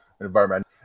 environment